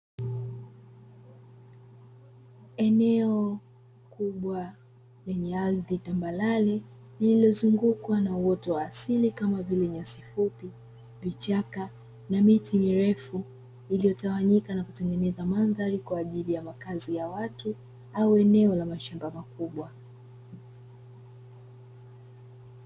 Eneo kubwa lenye ardhi tambarare lililozungukwa na uoto wa asili kama vile nyasi fupi vichaka na miti mirefu iliyotawanyika na kutengeneza mandhari kwa ajili ya makazi ya watu au eneo la mashamba makubwa.